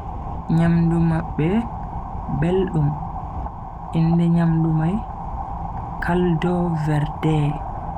Nyamdu mabbe beldum, inde nyamdu mai caldo verde.